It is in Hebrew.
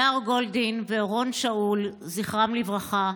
הדר גולדין ואורון שאול, זכרם לברכה,